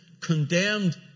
condemned